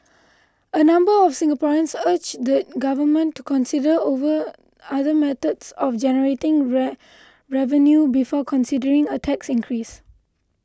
a number of Singaporeans urged the government to consider over other methods of generating revenue before considering a tax increase